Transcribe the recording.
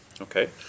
Okay